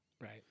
Right